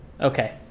okay